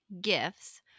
gifts